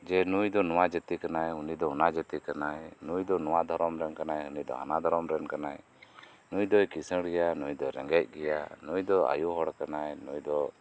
ᱡᱮ ᱱᱩᱭ ᱫᱚ ᱱᱚᱣᱟ ᱡᱟᱹᱛᱤ ᱠᱟᱱᱟᱭ ᱩᱱᱤᱫᱚ ᱚᱱᱟ ᱡᱟᱹᱛᱤ ᱠᱟᱱᱟ ᱱᱩᱭ ᱫᱚ ᱱᱚᱣᱟ ᱫᱷᱚᱨᱚᱢ ᱨᱮᱱ ᱠᱟᱱᱟ ᱦᱟᱹᱱᱤ ᱫᱚ ᱦᱟᱱᱟ ᱫᱷᱚᱨᱚᱢ ᱨᱮᱱ ᱠᱟᱱᱟᱭ ᱱᱩᱭᱫᱚᱭ ᱠᱤᱥᱟᱹᱲ ᱜᱮᱭᱟ ᱱᱩᱭ ᱫᱚᱭ ᱨᱮᱜᱮᱡᱽ ᱜᱮᱭᱟ ᱱᱩᱭ ᱫᱚ ᱟᱭᱳ ᱦᱚᱲ ᱠᱟᱱᱟ ᱱᱩᱭ ᱫᱚ